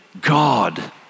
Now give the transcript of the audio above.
God